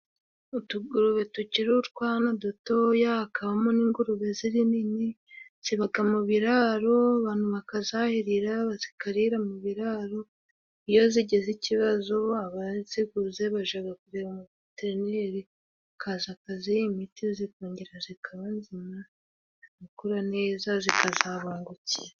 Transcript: Utugurube tukiri utwana dutoya hakabamo n'ingurube nini ziba mu biraro, abantu bakazahirira zikarira mu biraro, iyo zigize ikibazo abaziguze bajya kureba veterineri akaza akaziha imiti ,zikongera zikaba nzima zigakura neza zikazabungukira.